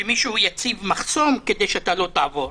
שמישהו יציב מחסום כדי שאתה לא תעבור.